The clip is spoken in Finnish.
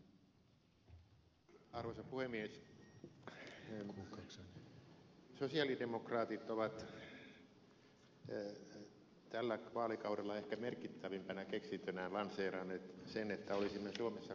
sosialidemokraatit ovat tällä vaalikaudella ehkä merkittävimpänä keksintönään lanseeranneet sen että olisimme suomessa kulkemassa kohti tasaveroa